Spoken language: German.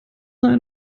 neue